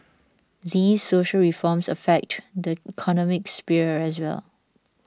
these social reforms affect the economic sphere as well